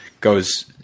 goes